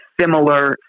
similar